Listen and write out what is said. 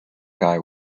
guy